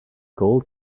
golf